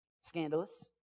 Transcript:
scandalous